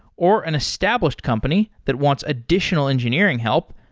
or an established company that wants additional engineering help,